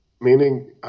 Meaning